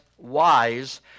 wise